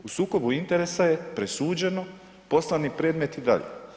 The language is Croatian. U sukobu interesa je, presuđeno, poslani predmeti dalje.